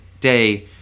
Day